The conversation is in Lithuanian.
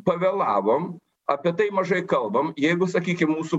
pavėlavom apie tai mažai kalbam jeigu sakykim mūsų